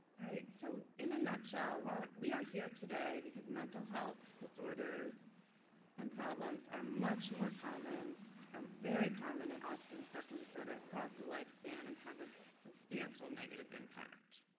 so in a nutshell, we are here today because mental health disorders and problems are much more common are very common in autism spectrum disorder across the lifespan and have a substantial negative impact.